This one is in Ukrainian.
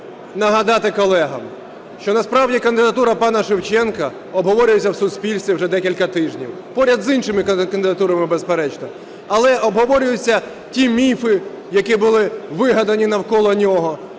нагадати колегам, що насправді кандидатура пана Шевченка обговорюється в суспільстві вже декілька тижнів. Поряд з іншими кандидатурами, безперечно. Але обговорюються ті міфи, які були вигадані навколо нього.